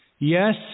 Yes